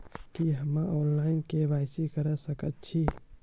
की हम्मे online, KYC करा सकैत छी?